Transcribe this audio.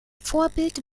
vorbild